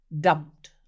dumped